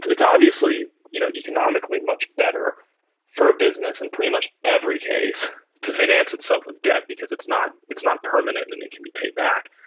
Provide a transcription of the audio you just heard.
it's obviously you know economically much better for a business and pretty much every case to finance itself with debt because it's not it's not permanent and it can be paid back.